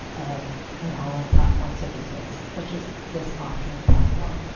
ah an online platform such as this. such as this auctioning platform.